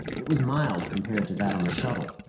it was mild compared to that on the shuttle,